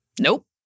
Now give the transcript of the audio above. Nope